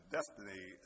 Destiny